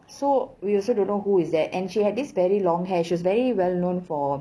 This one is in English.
so we also don't know who is that and she had this very long hair she was very well known for